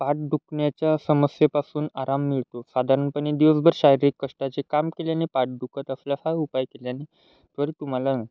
पाठ दुखण्याच्या समस्येपासून आराम मिळतो साधारणपणे दिवसभर शारीरिक कष्टाचे काम केल्याने पाठ दुखत असल्यास हा उपाय केल्याने त्वरित तुम्हाला